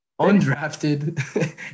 Undrafted